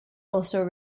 also